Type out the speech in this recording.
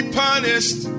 punished